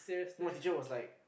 you know my teacher was like